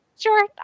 Sure